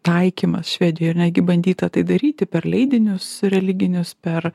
taikymas švedijoj ir netgi bandyta tai daryti per leidinius religinius per